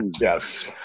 Yes